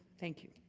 thank you.